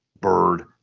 bird